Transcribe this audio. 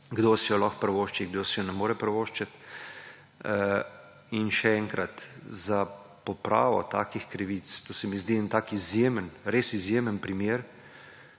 kdo si jo lahko privošči, kdo si je ne more privoščiti in še enkrat: za popravo takih krivic ‒ to se mi zdi en tak izjemen, res izjemen primer